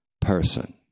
person